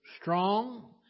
strong